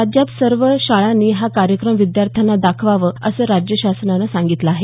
राज्यात सर्व शाळांनी हा कार्यक्रम विद्यार्थ्यांना दाखवावा असं राज्य शासनानं सांगितलं आहे